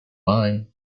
mine